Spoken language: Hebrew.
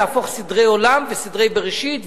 להפוך סדרי עולם וסדרי בראשית,